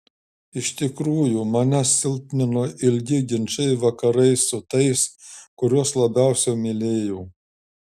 iš tikrųjų mane silpnino ilgi ginčai vakarais su tais kuriuos labiausiai mylėjau